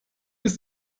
ist